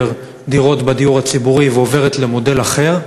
דירות בדיור הציבורי ועוברת למודל אחר?